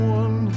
one